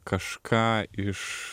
kažką iš